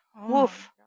Woof